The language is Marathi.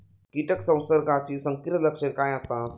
कीटक संसर्गाची संकीर्ण लक्षणे काय असतात?